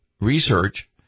research